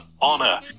honor